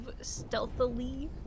stealthily